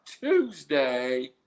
Tuesday